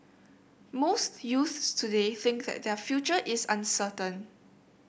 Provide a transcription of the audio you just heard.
most youths today think that their future is uncertain